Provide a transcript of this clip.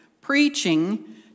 preaching